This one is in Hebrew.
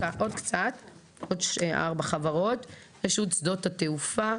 "רשות שדות התעופה",